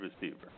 receiver